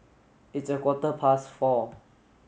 its a quarter past four